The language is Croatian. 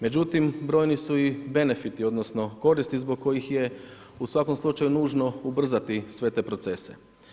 Međutim, brojni su i benefiti odnosno koristi zbog kojih je u svakom slučaju nužno ubrzati sve te procese.